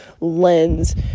lens